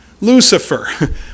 Lucifer